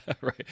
Right